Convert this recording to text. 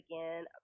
again